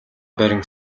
барин